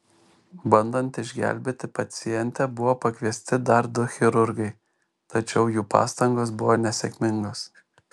bandant išgelbėti pacientę buvo pakviesti dar du chirurgai tačiau jų pastangos buvo nesėkmingos